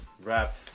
rap